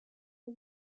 for